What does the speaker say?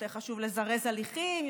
יותר חשוב לזרז הליכים,